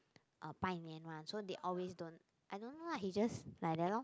拜年 one so they always don't I don't know lah he just like that lor